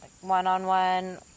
one-on-one